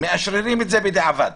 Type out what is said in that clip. מאשררים את זה בדיעבד?